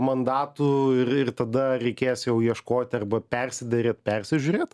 mandatų ir ir tada reikės jau ieškoti arba persiderėt persižiūrėt